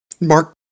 Mark